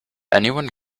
anyone